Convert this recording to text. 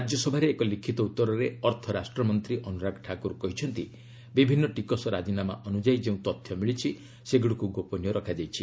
ରାଜ୍ୟସଭାରେ ଏକ ଲିଖିତ ଉତ୍ତରରେ ଅର୍ଥ ରାଷ୍ଟ୍ରମନ୍ତ୍ରୀ ଅନୁରାଗ ଠାକୁର କହିଛନ୍ତି ବିଭିନ୍ନ ଟିକସ ରାଜିନାମା ଅନୁଯାୟୀ ଯେଉଁ ତଥ୍ୟ ମିଳିଛି ସେଗୁଡ଼ିକୁ ଗୋପନୀୟ ରଖାଯାଇଛି